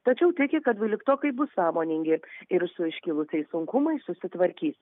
tačiau tiki kad dvyliktokai bus sąmoningi ir su iškilusiais sunkumais susitvarkys